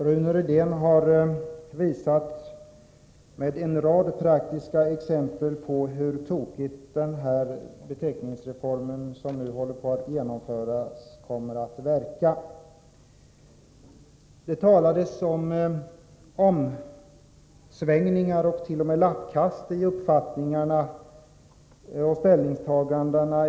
Herr talman! Rune Rydén har, med en rad praktiska exempel, visat hur tokigt den beteckningsreform kommer att verka som nu håller på att genomföras. I debatten om föregående ärende på föredragningslistan talades om omsvängning och t.o.m. lappkast i uppfattningarna och ställningstagandena.